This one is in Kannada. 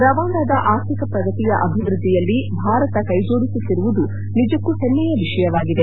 ರವಾಂಡದ ಆರ್ಥಿಕ ಪ್ರಗತಿಯ ಅಭಿವೃದ್ದಿಯಲ್ಲಿ ಭಾರತ ಕೈ ಜೋಡಿಸುತ್ತಿರುವುದು ನಿಜಕ್ಕೂ ಹೆಮ್ಸೆಯ ವಿಷಯವಾಗಿದೆ